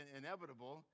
inevitable